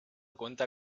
cuenta